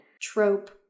trope